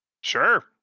Sure